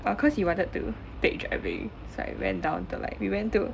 orh cause she wanted to take driving so I went down to like we went to